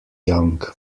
young